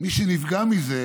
מי שנפגע מזה